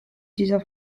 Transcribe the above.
dieser